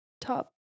top